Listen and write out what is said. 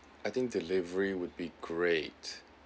I think delivery would be great